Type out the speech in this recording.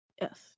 Yes